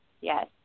Yes